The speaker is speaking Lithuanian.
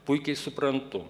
puikiai suprantu